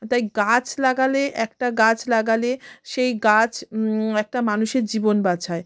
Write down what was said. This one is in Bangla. তাই গাছ লাগালে একটা গাছ লাগালে সেই গাছ একটা মানুষের জীবন বাঁচায়